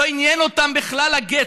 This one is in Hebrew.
לא עניין אותן בכלל הגט,